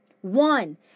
One